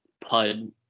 pud